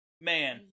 man